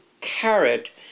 carrot